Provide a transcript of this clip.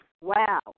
Wow